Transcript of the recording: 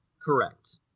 Correct